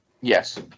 Yes